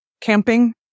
camping